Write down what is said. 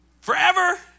forever